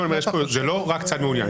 זה לא רק צד מעוניין.